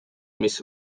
mis